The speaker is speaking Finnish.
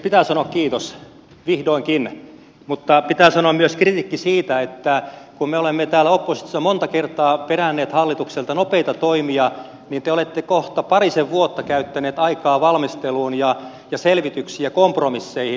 pitää sanoa kiitos vihdoinkin mutta pitää myös sanoa kritiikki siitä että kun me olemme täällä oppositiossa monta kertaa peränneet hallitukselta nopeita toimia niin te olette kohta parisen vuotta käyttäneet aikaa valmisteluun ja selvityksiin ja kompromisseihin